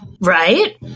Right